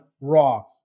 Raw